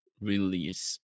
release